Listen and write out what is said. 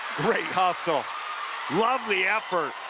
great hustle love the effort